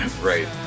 right